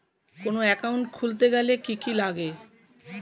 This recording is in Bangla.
কোন একাউন্ট খুলতে গেলে কি কি লাগে?